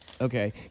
okay